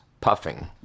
puffing